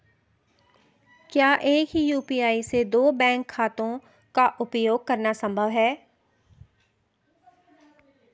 क्या एक ही यू.पी.आई से दो बैंक खातों का उपयोग करना संभव है?